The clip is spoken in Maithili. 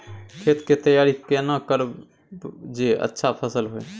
खेत के तैयारी केना करब जे अच्छा फसल होय?